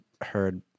heard